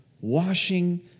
washing